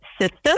system